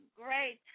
great